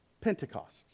Pentecost